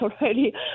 already